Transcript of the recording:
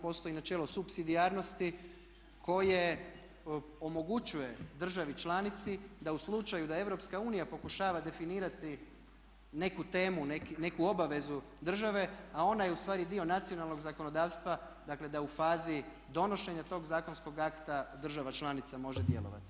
Postoji načelo supsidijarnosti koje omogućuje državi članici da u slučaju da EU pokušava definirati neku temu, neku obavezu države, a ona je u stvari dio nacionalnog zakonodavstva dakle da u fazi donošenja tog zakonskog akta država članica može djelovati.